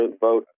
vote